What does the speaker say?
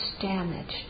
damaged